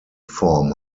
form